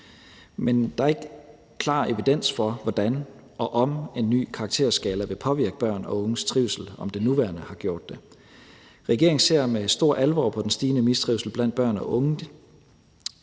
Men der er ikke klar evidens for, hvordan og om en ny karakterskala vil påvirke børn og unges trivsel, eller om den nuværende har gjort det. Regeringen ser med stor alvor på den stigende mistrivsel blandt børn og unge.